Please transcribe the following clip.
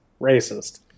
racist